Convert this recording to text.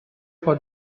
for